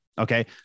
okay